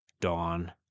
Dawn